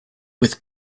with